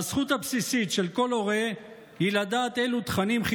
והזכות הבסיסית של כל הורה היא לדעת אלו